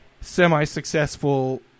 semi-successful